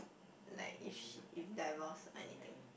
like if she if divorce anything